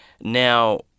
Now